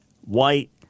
white